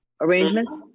arrangements